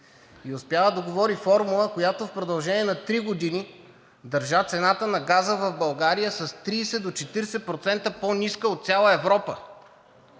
Успя да договори формула, която в продължение на три години държа цената на газа в България с 30 до 40% по-ниска от цяла Европа.